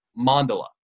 mandala